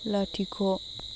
लाथिख'